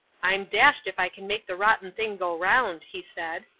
i'm dashed if i can make the rotten thing go round he said.